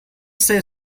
say